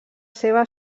seva